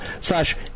slash